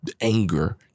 anger